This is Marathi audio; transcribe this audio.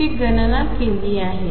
ची गणना केली आहे